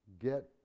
get